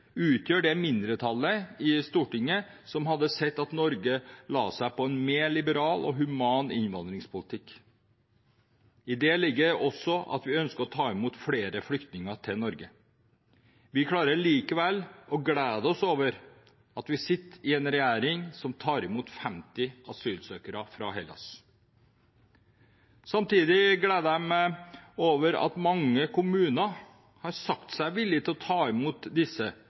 utgjør det mindretallet i Stortinget som hadde sett at Norge la seg på en mer liberal og human innvandringspolitikk. I det ligger også at vi ønsker å ta imot flere flyktninger til Norge. Vi klarer likevel å glede oss over at vi sitter i en regjering som tar imot 50 asylsøkere fra Hellas. Samtidig gleder jeg meg over at mange kommuner har sagt seg villig til å ta imot disse